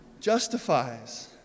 justifies